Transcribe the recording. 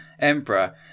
emperor